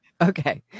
Okay